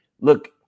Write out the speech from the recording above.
Look